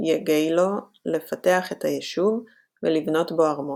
יגיילו לפתח את היישוב, ולבנות בו ארמון.